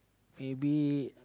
maybe